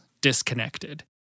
disconnected